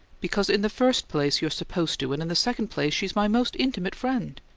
because, in the first place, you're supposed to, and, in the second place, she's my most intimate friend.